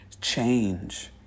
change